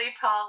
tall